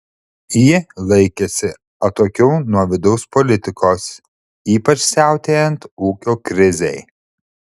ji laikėsi atokiau nuo vidaus politikos ypač siautėjant ūkio krizei